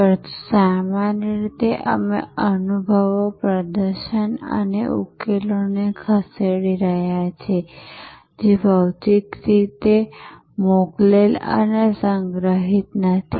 પરંતુ સામાન્ય રીતે અમે અનુભવો પ્રદર્શન અને ઉકેલોને ખસેડી રહ્યા છીએ જે ભૌતિક રીતે મોકલેલ અને સંગ્રહિત નથી